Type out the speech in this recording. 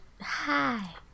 hi